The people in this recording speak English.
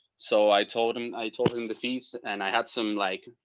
so i told him, i told him the feast and i had some, like,